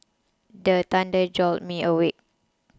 the thunder jolt me awake